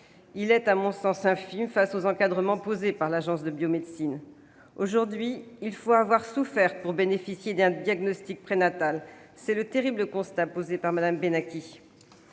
Il est, à mon sens, infime face aux encadrements posés par l'Agence de la biomédecine. Aujourd'hui, il faut avoir souffert pour bénéficier d'un diagnostic prénatal. C'est le terrible constat posé par Mme Benachi.